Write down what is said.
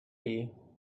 you